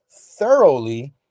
thoroughly